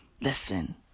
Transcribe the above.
Listen